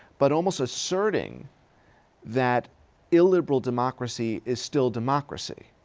but almost asserting that illiberal democracy is still democracy.